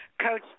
Coach